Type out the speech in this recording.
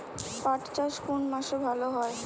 পাট চাষ কোন মাসে ভালো হয়?